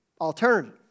alternative